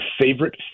favorite